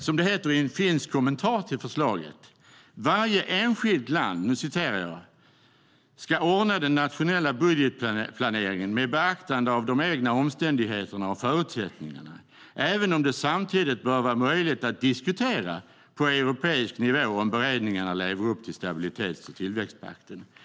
Som det heter i en finsk kommentar till förslaget: "Varje enskilt medlemsland ska ordna den nationella budgetplaneringen med beaktande av de egna omständigheterna och förutsättningarna, även om det samtidigt bör vara möjligt att diskutera på europeisk nivå om beredningarna lever upp till stabilitets och tillväxtpaktens förpliktelser.